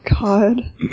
God